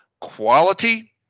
Quality